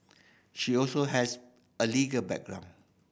she also has a legal background